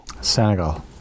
Senegal